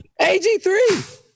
AG3